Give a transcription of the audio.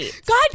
God